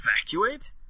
Evacuate